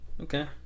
Okay